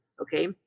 Okay